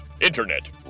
Internet